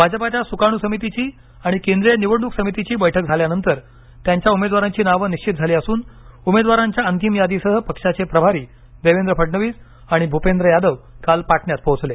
भाजपाच्या सुकाणू समितीची आणि केंद्रीय निवडणूक समितीची बैठक झाल्यानंतर त्यांच्या उमेदवारांची नावं निश्चित झाली असून उमेदवारांच्या अंतिम यादीसह पक्षाचे प्रभारी देवेंद्र फडणवीस आणि भूपेंद्र यादव काल पाटण्यात पोहोचले